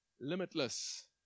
limitless